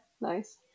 nice